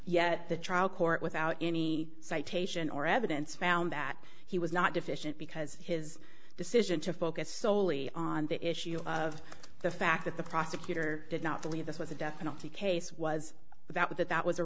yet the trial court without any citation or evidence found that he was not deficient because his decision to focus solely on the issue of the fact that the prosecutor did not believe this was a death penalty case was that that that was a